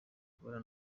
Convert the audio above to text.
kubara